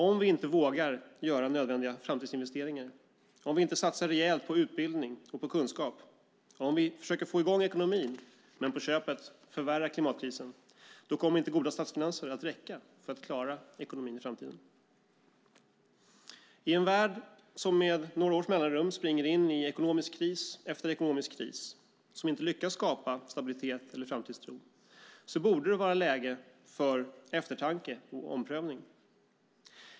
Om vi inte vågar göra nödvändiga framtidsinvesteringar, om vi inte satsar rejält på utbildning och kunskap och om vi försöker få i gång ekonomin men på köpet förvärrar klimatkrisen kommer inte goda statsfinanser att räcka för att klara ekonomin i framtiden. I en värld som med några års mellanrum springer in i ekonomisk kris efter ekonomisk kris och som inte lyckas skapa stabilitet eller framtidstro borde det vara läge för eftertanke och omprövning.